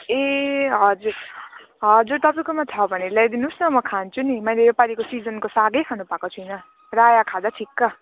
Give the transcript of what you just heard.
ए हजुर हजुर तपाईँकोमा छ भने ल्याइदिनुस् न म खान्छु नि मैले यो पालिको सिजनको सागै खानु पाएको छुइनँ रायो खाँदै ठिक्क